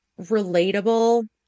relatable